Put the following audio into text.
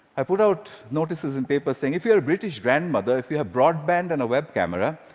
i put out notices in papers saying, if you are a british grandmother, if you have broadband and a web camera,